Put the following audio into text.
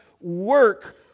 work